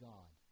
God